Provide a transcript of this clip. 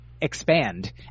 expand